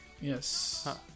Yes